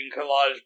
collage